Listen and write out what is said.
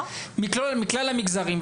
מכלל המגזרים,